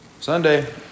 Sunday